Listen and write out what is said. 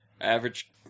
Average